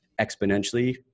exponentially